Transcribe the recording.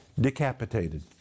decapitated